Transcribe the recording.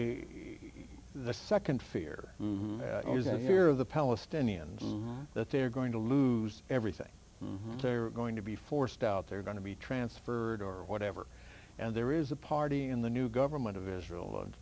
be the second fear is that here the palestinians that they're going to lose everything they're going to be forced out they're going to be transferred or whatever and there is a party in the new government of israel and